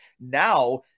Now